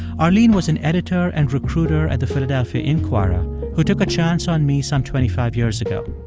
arlene was an editor and recruiter at the philadelphia inquirer who took a chance on me some twenty five years ago.